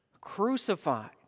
crucified